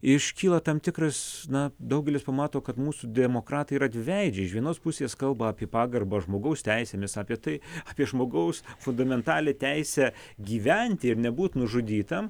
iškyla tam tikras na daugelis pamato kad mūsų demokratai yra dviveidžiai iš vienos pusės kalba apie pagarbą žmogaus teisėmis apie tai apie žmogaus fundamentalią teisę gyventi ir nebūti nužudytam